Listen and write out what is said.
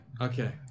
Okay